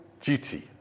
duty